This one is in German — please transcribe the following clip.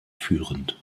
führend